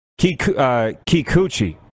Kikuchi